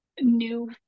new